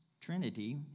Trinity